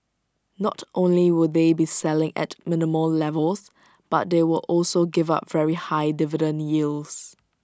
not only will they be selling at minimal levels but they will also give up very high dividend yields